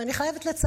ואני חייבת לציין,